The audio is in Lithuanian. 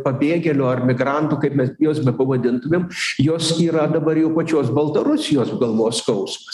pabėgėlių ar migrantų kaip mes juos bepavadintumėm jos yra dabar jau pačios baltarusijos galvos skausmas